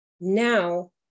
now